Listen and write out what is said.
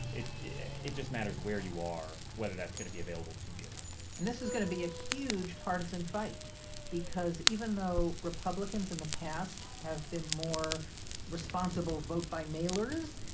it it just matters where you are whether that's going to be available to you and this is going to be a huge partisan fight because even though republicans in the past have been more responsible vote-by-mailers,